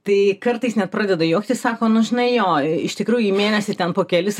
tai kartais net pradeda juoktis sako nu žinai jo iš tikrųjų į mėnesį ten po kelis